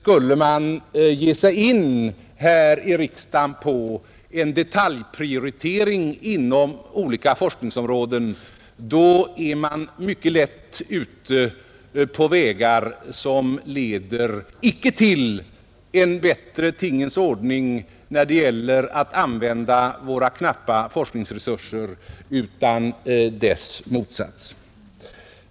Om man nämligen här i riksdagen skulle ge sig in på en detaljprioritering inom olika forskningsområden, så kommer man mycket lätt ut på vägar som icke leder till en bättre tingens ordning när det gäller att använda våra knappa forskningsresurser utan snarare dess motsats.